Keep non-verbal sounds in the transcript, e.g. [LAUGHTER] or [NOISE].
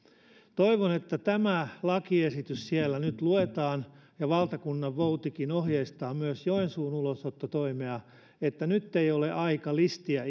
toivon että tämä lakiesitys siellä nyt luetaan ja valtakunnanvoutikin ohjeistaa myös joensuun ulosottotoimea että nyt ei ole aika listiä [UNINTELLIGIBLE]